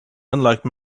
unlike